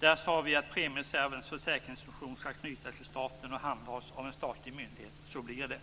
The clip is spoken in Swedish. Där sade vi att premiereservens försäkringsfunktion skall knytas till staten och handhas av en statlig myndighet. Så blir det.